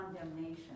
condemnation